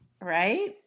Right